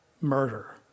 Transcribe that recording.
murder